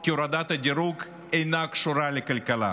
כי הורדת הדירוג אינה קשורה לכלכלה?